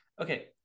Okay